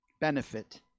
benefit